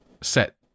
set